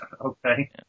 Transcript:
Okay